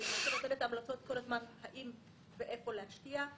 ונותנת המלצות כל הזמן אם ואיפה להשקיע.